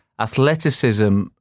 athleticism